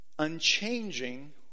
unchanging